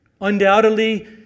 Undoubtedly